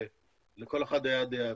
לכל אחד הייתה דעה,